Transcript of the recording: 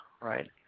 right